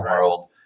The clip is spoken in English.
world